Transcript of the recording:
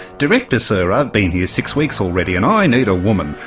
director, sir, i've been here six weeks already and i need a woman,